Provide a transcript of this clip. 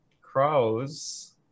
crows